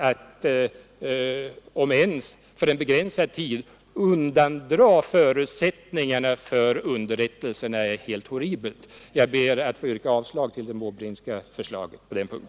Att ens för en begränsad tid undandra dessa förutsättningar för underrättelser är helt horribelt. Jag yrkar därför avslag på herr Måbrinks förslag på denna punkt.